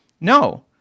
no